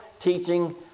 teaching